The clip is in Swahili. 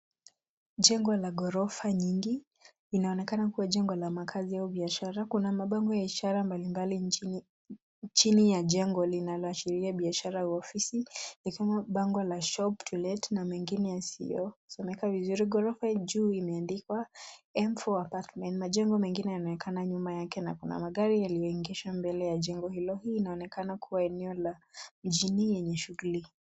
Jengo la ghorofa nyingi, linaonekana kuwa jengo la makazi au biashara. Kuna mabango ya ishara mbalimbali chini ya jengo linaloashiria biashara au ofisi, ni kama bango la shop to let na mengine yasiyosomeka vizuri. Ghorofa juu imeandikwa M4 apartmen . Majengo mengine yanaonekana yake na kuna magari yaliyoingishwa mbele ya jengo hilo. Hii inaonekana kuwa eneo la mjini yenye shughuli.